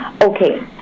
Okay